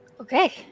Okay